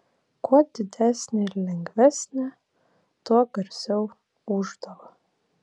kuo didesnė ir lengvesnė tuo garsiau ūždavo